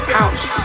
house